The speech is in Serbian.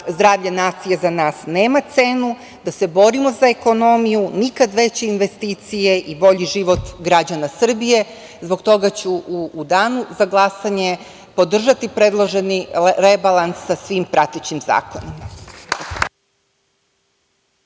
zdravlje nacije za nas nema cenu, da se borimo za ekonomiju, nikad veće investicije i bolji život građana Srbije. Zbog toga ću u Danu za glasanje podržati predloženi rebalans sa svim pratećim zakonima.